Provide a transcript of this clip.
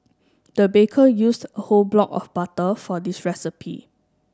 the baker used a whole block of butter for this recipe